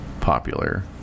popular